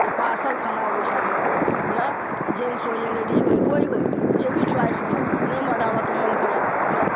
जे पार्सल खाना अबै छै आब लोकके आ जेन्टस होइ लेडीज होइ कोइ होइ जे भी च्वाइस भेल नहि बनाबैके मोन केलक तुरत